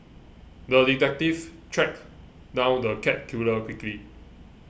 the detective tracked down the cat killer quickly